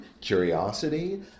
curiosity